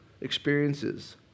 experiences